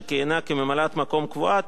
שכיהנה כממלאת-מקום קבועה,